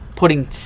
Putting